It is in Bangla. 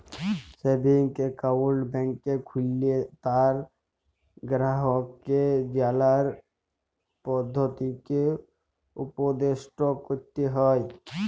সেভিংস এক্কাউল্ট ব্যাংকে খুললে তার গেরাহককে জালার পদধতিকে উপদেসট ক্যরতে হ্যয়